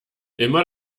immer